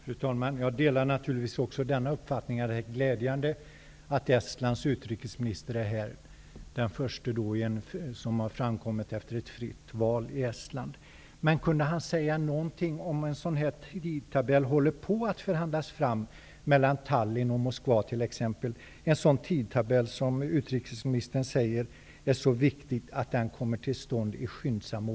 Fru talman! Jag delar naturligtvis också uppfattningen att det är glädjande att Estlands utrikesminister är här -- den förste efter ett fritt val i Estland. Men kunde han säga någonting om ifall en tidtabell av detta slag håller på att förhandlas fram mellan Tallinn och Moskva? Utrikesministern säger ju att det är viktigt att en sådan kommer till stånd skyndsamt.